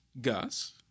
Gus